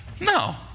No